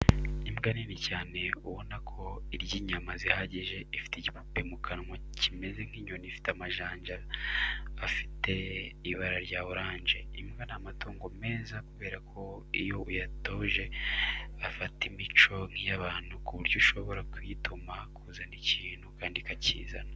Imbwa nini cyane ubona ko irya inyama zihagije ifite igipupe mu kanwa kimeze nk'inyoni ifite amajanja afite ibara rya oranje. Imbwa ni amatungo meza kubera ko iyo uyatoje afata imico nk'iy'abantu ku buryo ushobora kuyituma kuzana ikintu kandi ikakizana.